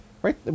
Right